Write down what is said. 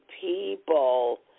people